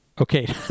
Okay